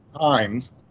times